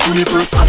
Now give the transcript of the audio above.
Universe